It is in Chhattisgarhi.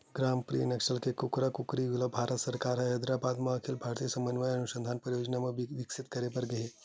ग्रामप्रिया नसल के कुकरा कुकरी ल भारत सरकार ह हैदराबाद म अखिल भारतीय समन्वय अनुसंधान परियोजना म बिकसित करे गे हे